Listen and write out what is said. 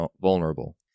vulnerable